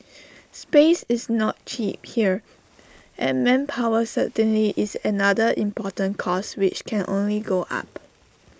space is not cheap here and manpower certainly is another important cost which can only go up